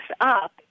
up